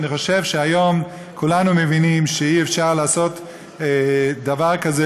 אני חושב שהיום כולנו מבינים שאי-אפשר לעשות דבר כזה,